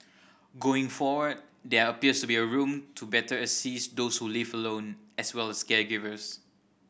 going forward there appears to be room to better assist those who live alone as well as caregivers